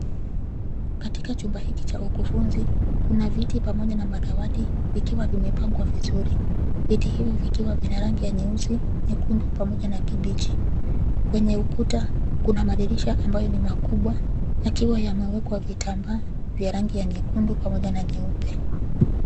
Katika chumba hiki cha ukufunzi, kuna viti pamoja na madawati yaliyopangwa vizuri. Vitu hivi vikiwa vya rangi nyeusi, nyekundu pamoja na kijani kibichi. Kwenye ukuta kuna madirisha ambayo ni makubwa yakiwa yamewekwa vitambaa vya rangi ya nyekundu pamoja na nyeupe.